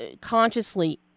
consciously